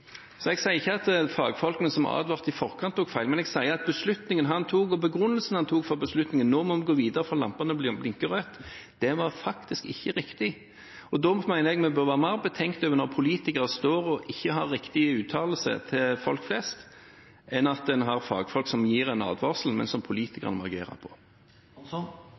Jeg sier ikke at fagfolkene som advarte i forkant, tok feil, men jeg sier at beslutningen han tok, og begrunnelsen han tok for beslutningen – at nå må en gå videre for lampene blinker rødt – faktisk ikke var riktig. Jeg mener en bør være mer betenkt når politikere ikke kommer med riktig uttalelse til folk flest, enn når en har fagfolk som gir en advarsel, men som politikerne må agere til. Jeg bare konstaterer at samferdselsministeren synes det er viktig å bruke tid på